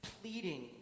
pleading